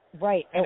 Right